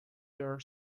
their